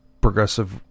progressive